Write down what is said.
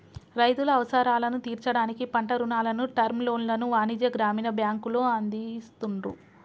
రైతుల అవసరాలను తీర్చడానికి పంట రుణాలను, టర్మ్ లోన్లను వాణిజ్య, గ్రామీణ బ్యాంకులు అందిస్తున్రు